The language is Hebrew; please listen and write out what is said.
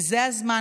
זה הזמן,